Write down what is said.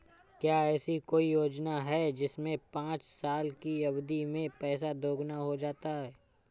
क्या ऐसी कोई योजना है जिसमें पाँच साल की अवधि में पैसा दोगुना हो जाता है?